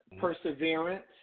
Perseverance